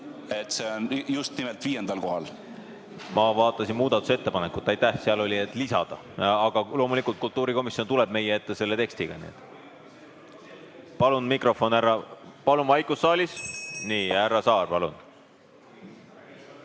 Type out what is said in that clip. see on just nimelt viiendal kohal? Ma vaatasin muudatusettepanekut. Seal oli sõna "lisada", aga loomulikult kultuurikomisjon tuleb meie ette selle tekstiga. Palun mikrofon härra ... Palun vaikust saalis! Nii, härra Saar, palun!